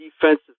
defensive